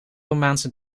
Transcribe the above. romaanse